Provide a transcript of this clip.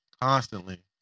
Constantly